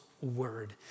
Word